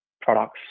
products